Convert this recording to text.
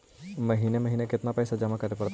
महिने महिने केतना पैसा जमा करे पड़तै?